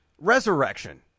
Resurrection